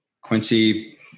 Quincy